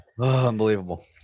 unbelievable